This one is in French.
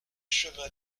chemin